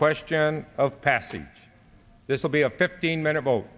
question of passing this will be a fifteen minute vote